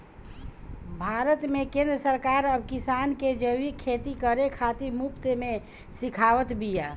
भारत में केंद्र सरकार अब किसान के जैविक खेती करे खातिर मुफ्त में सिखावत बिया